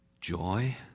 joy